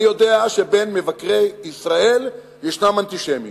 אני יודע שבין מבקרי ישראל יש אנטישמים,